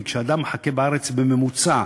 כי כשאדם מחכה בארץ בממוצע,